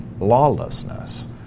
lawlessness